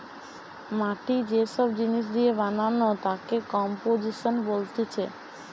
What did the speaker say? মাটি যে সব জিনিস দিয়ে বানানো তাকে কম্পোজিশন বলতিছে